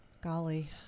golly